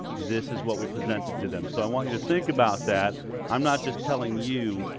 this is what we presented to them. so i want you to think about that i'm not just telling you,